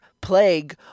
Plague